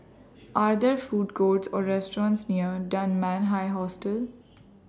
Are There Food Courts Or restaurants near Dunman High Hostel